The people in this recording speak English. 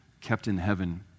kept-in-heaven